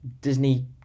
Disney